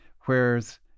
whereas